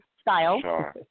style